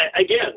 Again